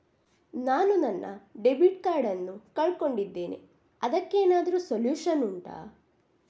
ನಾನು ನನ್ನ debit card ನ್ನು ಕಳ್ಕೊಂಡಿದ್ದೇನೆ ಅದಕ್ಕೇನಾದ್ರೂ ಸೊಲ್ಯೂಷನ್ ಉಂಟಾ